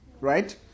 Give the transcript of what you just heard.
Right